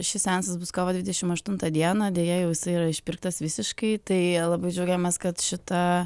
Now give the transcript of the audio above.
šis seansas bus kovo dvidešim aštuntą dieną deja jau jisai yra išpirktas visiškai tai labai džiaugiamės kad šita